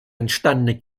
entstandene